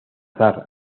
zar